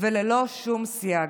וללא שום סייג.